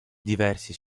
diversi